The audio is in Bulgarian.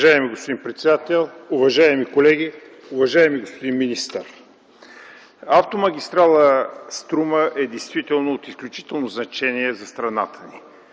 Уважаеми господин председател, уважаеми колеги, уважаеми господин министър! Автомагистрала „Струма” действително е от изключително значение за страната ни.